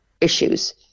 issues